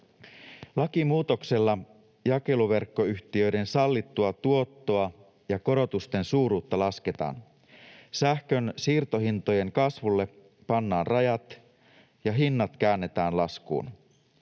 Lakimuutoksella jakeluverkkoyhtiöiden sallittua tuottoa ja korotusten suuruutta lasketaan. Sähkön siirtohintojen kasvulle pannaan rajat ja hinnat käännetään laskuun.